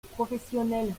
professionnels